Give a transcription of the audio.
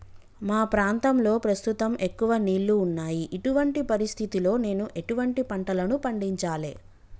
మా ప్రాంతంలో ప్రస్తుతం ఎక్కువ నీళ్లు ఉన్నాయి, ఇటువంటి పరిస్థితిలో నేను ఎటువంటి పంటలను పండించాలే?